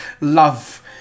love